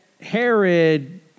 Herod